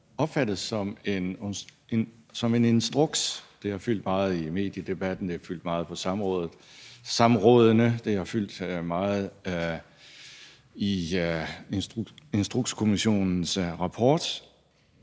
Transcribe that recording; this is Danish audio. opfattet som en instruks. Det har fyldt meget i mediedebatten, det har fyldt meget på samrådene, det har fyldt meget i Instrukskommissionens rapport.